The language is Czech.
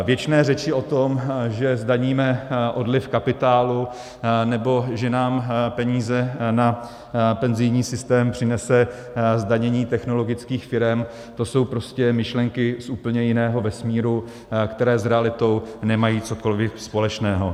Věčné řeči o tom, že zdaníme odliv kapitálu nebo že nám peníze na penzijní systém přinese zdanění technologických firem, to jsou prostě myšlenky z úplně jiného vesmíru, které s realitou nemají cokoliv společného.